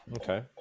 Okay